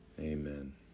amen